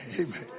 Amen